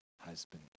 husband